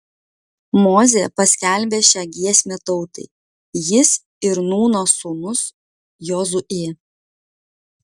mozė paskelbė šią giesmę tautai jis ir nūno sūnus jozuė